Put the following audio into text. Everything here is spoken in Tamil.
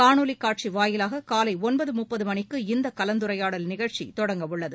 காணொலி காட்சி வாயிலாக காலை ஒன்பதரை மணிக்குஇந்த கலந்துரையாடல் நிகழ்ச்சி தொடங்கவுள்ளது